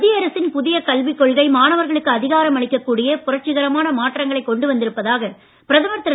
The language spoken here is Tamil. மத்திய அரசின் புதிய கல்விக் கொள்கை மாணவர்களுக்கு அதிகாரம் அளிக்கக் கூடிய புரட்சி கரமான மாற்றங்களைக் கொண்டு வந்திருப்பதாக பிரதமர் திரு